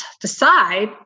decide